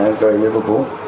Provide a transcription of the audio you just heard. ah very liveable,